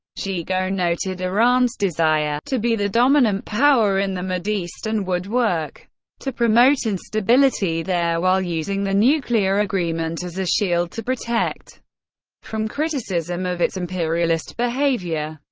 gigot noted iran's desire to be the dominant power in the mideast and would work to promote instability there while using the nuclear agreement as a shield to protect from criticism of its imperialist behavior.